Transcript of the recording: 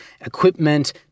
equipment